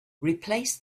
replace